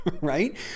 right